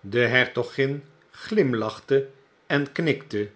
de hertogin glimlachte en knikte